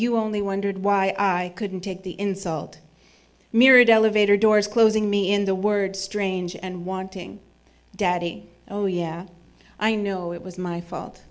you only wondered why i couldn't take the insult mirrored elevator doors closing me in the word strange and wanting daddy oh yeah i know it was my fault